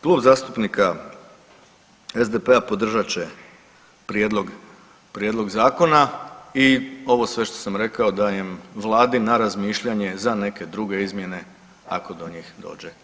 Klub zastupnika SDP-a podržat će prijedlog, prijedlog zakona i ovo sve što sam rekao dajem vladi na razmišljanje za neke druge izmjene ako do njih dođe.